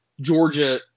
Georgia